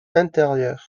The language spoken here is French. intérieur